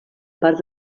part